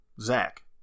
Zach